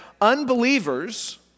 unbelievers